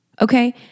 Okay